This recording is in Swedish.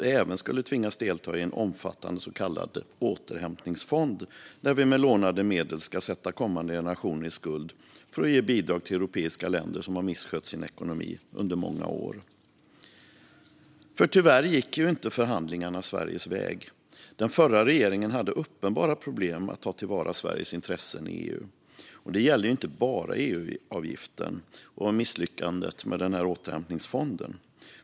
Vi skulle även tvingas delta i en omfattande så kallad återhämtningsfond där vi med lånade medel skulle sätta kommande generationer i skuld för att ge bidrag till europeiska länder som misskött sin ekonomi under många år. Tyvärr gick inte förhandlingarna Sveriges väg. Den förra regeringen hade uppenbara problem att ta till vara Sveriges intressen i EU. Det gäller inte bara EU-avgiften och misslyckandet med återhämtningsfonden.